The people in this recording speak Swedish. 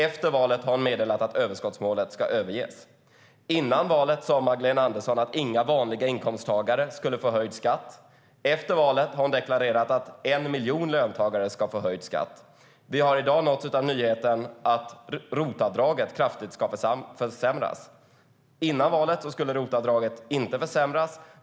Efter valet har hon meddelat att överskottsmålet ska överges. Vi har i dag nåtts av nyheten att ROT-avdraget kraftigt ska försämras. Före valet skulle ROT-avdraget inte försämras.